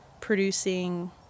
producing